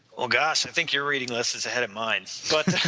oh gosh, i think you're reading unless it's ahead of mine, but